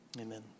amen